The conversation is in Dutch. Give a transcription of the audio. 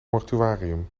mortuarium